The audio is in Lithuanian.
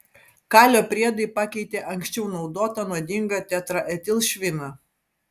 kalio priedai pakeitė anksčiau naudotą nuodingą tetraetilšviną